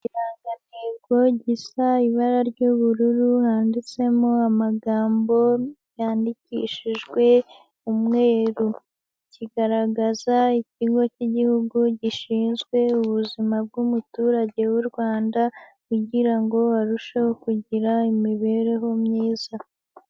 Ikirangantego gisa ibara ry'ubururu, handitsemo amagambo yandikishijwe umweru. Kigaragaza ikigo cy'igihugu gishinzwe ubuzima bw'umuturage w'u Rwanda kugira ngo arusheho kugira imibereho myiza.